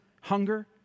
hunger